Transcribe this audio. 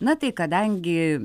na tai kadangi